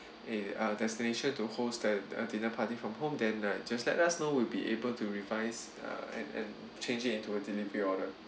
a uh destination to host that uh dinner party from home then right just let us know we'll be able to revise uh and and change it into a delivery order